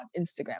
Instagram